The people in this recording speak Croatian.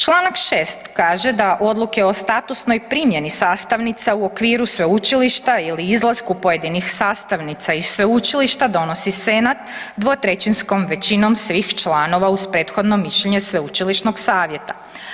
Čl. 6. kaže da odluke o statusnoj primjeni sastavnica u okviru sveučilišta ili izlasku pojedinih sastavnica iz sveučilišta donosi senat dvotrećinskom većinom svih članova uz prethodno mišljenje Sveučilišnog savjeta.